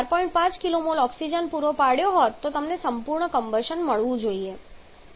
5 kmol oxygen પૂરો પાડ્યો હોય તો તે તમને સંપૂર્ણ કમ્બશન આપવો જોઈએ